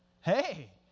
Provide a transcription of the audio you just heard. Hey